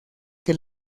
que